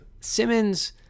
Simmons